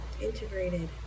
integrated